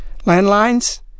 Landlines